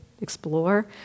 explore